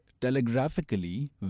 telegraphically